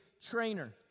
trainer